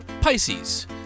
Pisces